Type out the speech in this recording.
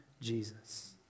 Jesus